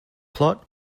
plot